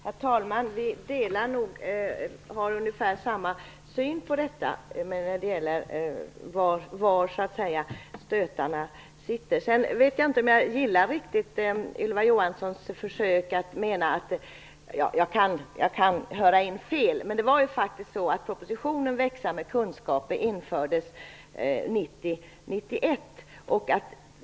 Herr talman! Vi har nog ungefär samma syn på var problemen ligger. Jag vet inte om jag riktigt gillar Ylva Johanssons försök att hävda att det var den förra regeringen som hade så bråttom. Propositionen Växa med kunskaper genomfördes ju faktiskt 1990/91.